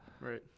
Right